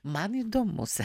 man įdomus